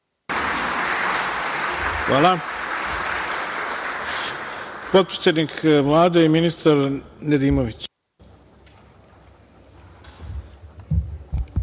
Hvala. Potpredsednik Vlade, ministar Nedimović.